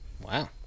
wow